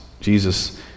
Jesus